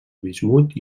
bismut